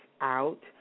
out